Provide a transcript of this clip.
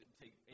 take